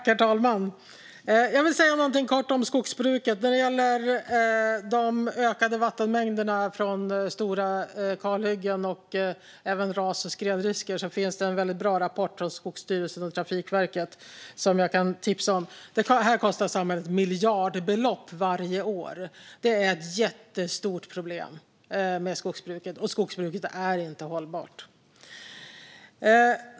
Herr talman! Jag vill säga någonting kort om skogsbruket. När det gäller de ökade vattenmängderna från stora kalhyggen och även ras och skredrisker finns det en väldigt bra rapport från Skogsstyrelsen och Trafikverket som jag kan tipsa om. Detta kostar samhället miljardbelopp varje år. Det är ett jättestort problem med skogsbruket, och skogsbruket är inte hållbart.